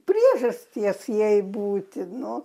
priežasties jai būtino